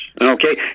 okay